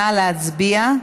נא להצביע.